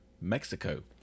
Mexico